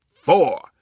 four